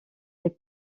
les